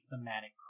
thematic